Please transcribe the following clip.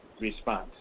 response